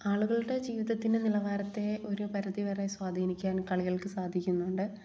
ആളുകളുടെ ജീവിതത്തിൻ്റെ നിലവാരത്തെ ഒരു പരിധി വരെ സ്വാധീനിക്കാൻ കളികൾക്ക് സാധിക്കുന്നുണ്ട്